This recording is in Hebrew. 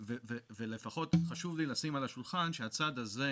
לפחות חשוב לי לשים על השולחן שהצד הזה,